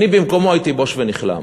אני במקומו הייתי בוש ונכלם.